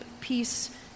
peace